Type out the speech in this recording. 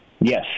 Yes